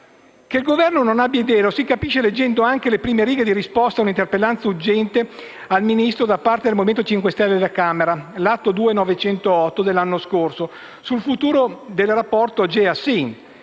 Che il Governo non abbia idee lo si capisce leggendo anche le prime righe di risposta all'interpellanza urgente al Ministro da parte del Movimento 5 Stelle alla Camera, l'atto 2-00908 dell'anno scorso, sul futuro del rapporto AGEA-SIN.